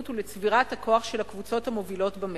ולצבירת הכוח של הקבוצות המובילות במשק.